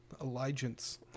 allegiance